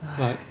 like